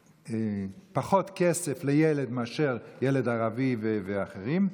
פחות כסף לילד מאשר ילד ערבי ואחרים,